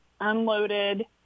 unloaded